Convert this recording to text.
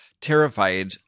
terrified